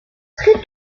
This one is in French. très